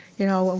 you know,